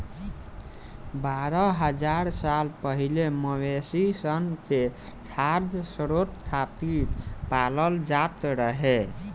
बारह हज़ार साल पहिले मवेशी सन के खाद्य स्रोत खातिर पालल जात रहे